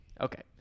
Okay